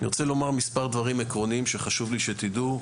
אני רוצה לומר מספר דברים עקרוניים שחשוב לי שתדעו,